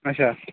اچھا